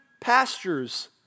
pastures